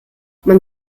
man